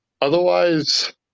Otherwise